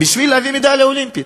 בשביל להביא מדליה אולימפית,